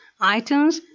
iTunes